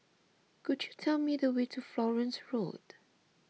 could you tell me the way to Florence Road